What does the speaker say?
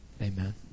Amen